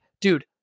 dude